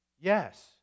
Yes